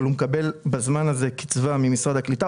אבל הוא מקבל בזמן הזה קצבה ממשרד הקליטה,